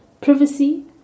privacy